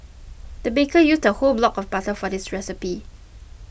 the baker used a whole block of butter for this recipe